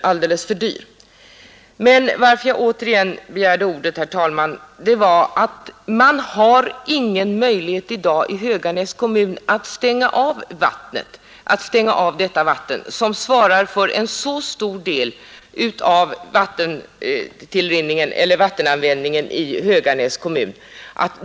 Skälet till att jag återigen begärt ordet, herr talman, är att man i Höganäs kommun i dag inte har möjlighet att stänga av det nitrathaltiga vattnet, vilket svarar för en stor del av vattenförsörjningen.